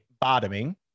bottoming